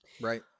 Right